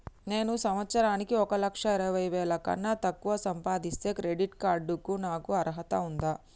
నేను సంవత్సరానికి ఒక లక్ష ఇరవై వేల కన్నా తక్కువ సంపాదిస్తే క్రెడిట్ కార్డ్ కు నాకు అర్హత ఉందా?